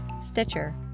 Stitcher